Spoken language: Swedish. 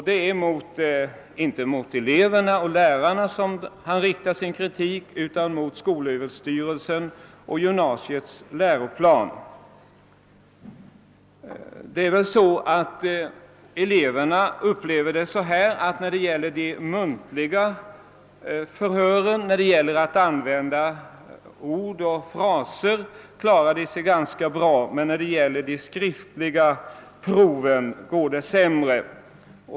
Det är inte mot eleverna och lärarna han riktar sin kritik utan det är mot skolöverstyrelsen och gymnasiets läroplan. När det gäller de muntliga förhören — att använda ord och fraser — klarar eleverna sig bra, men när det gäller de skriftliga proven går det sämre.